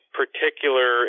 particular